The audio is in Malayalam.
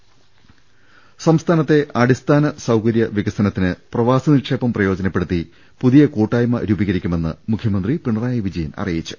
ങ്ങ ൽ ൾ ൾ ൽ ൾ സംസ്ഥാനത്തെ അടിസ്ഥാന സൌകര്യ വികസനത്തിന് പ്രവാസി നിക്ഷേപം പ്രയോജനപ്പെടുത്തി പുതിയ കൂട്ടായ്മ രൂപീകരിക്കുമെന്ന് മുഖ്യമന്ത്രി പിണറായി വിജയൻ അറിയിച്ചു